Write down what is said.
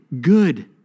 good